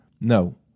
No